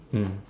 mm